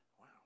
Wow